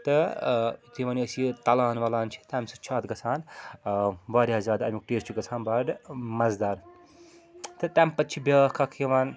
تہٕ یُتھُے وۅنۍ أسۍ یہِ تَلان وَلان چھِ تَمہِ سۭتۍ چھُ اَتھ گژھان واریاہ زیادٕ اَمیُک ٹیسٹ چھُ گژھان بَڈٕ مَزٕدار تہٕ تَمہِ پَتہٕ چھِ بیٛاکھ اَکھ یِوان